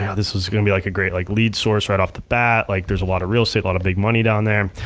yeah this is gonna be like a great like lead source right off the bat. like there's a lot of real estate, a lot of big money down there.